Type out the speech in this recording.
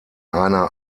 einer